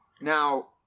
Now